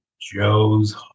Joe's